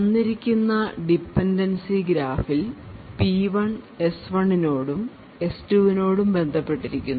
തന്നിരിക്കുന്ന ഡിപെൻഡൻസി ഗ്രാഫിൽ P1 S1 നോടും S2 നോടുംബന്ധപ്പെട്ടിരിക്കുന്നു